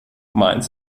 meins